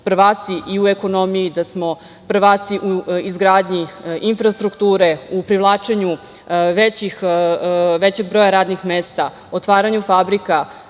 da smo prvaci i u ekonomiji, da smo prvaci u izgradnji infrastrukture, u privlačenju većeg broja radnih mesta, otvaranju fabrika.